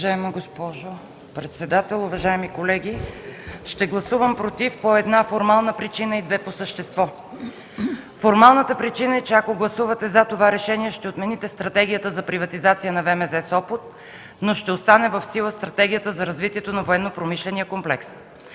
Уважаема госпожо председател, уважаеми колеги, ще гласувам „против” по една формална причина и две – по същество. Формалната причина е, че ако гласувате „за” това решение, ще отмените Стратегията за приватизация на ВМЗ – Сопот, но ще остане в сила Стратегията за развитието на Военнопромишления комплекс,